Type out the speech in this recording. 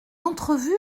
entrevue